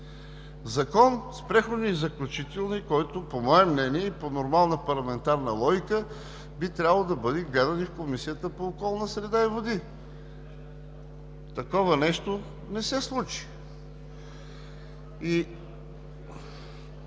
Закон с преходни и заключителни разпоредби, който по мое мнение и по нормална парламентарна логика би трябвало да бъде гледан и в Комисията по околната среда и водите. Такова нещо не се случи. Искам